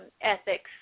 ethics